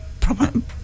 problem